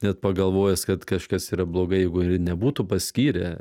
net pagalvojęs kad kažkas yra blogai jeigu ir nebūtų paskyrę